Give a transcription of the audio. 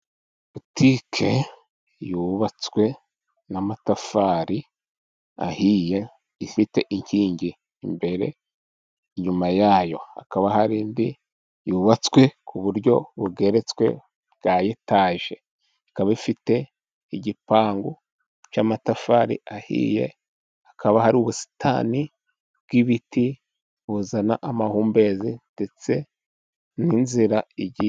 Butike yubatswe n'amatafari ahiye, ifite inkingi imbere Inyuma yayo hakaba hari indi yubatswe ku buryo bugeretswe bwa etage, ikaba ifite igipangu cy'amatafari ahiye hakaba hari ubusitani bw'ibiti buzana amahumbezi ndetse n'inzira.